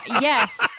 Yes